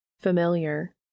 familiar